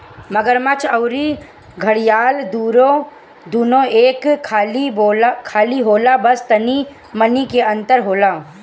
मगरमच्छ अउरी घड़ियाल दूनो एके खानी होला बस तनी मनी के अंतर होला